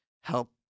help-